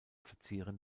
verzieren